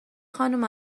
خانم